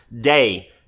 Day